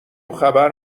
خبر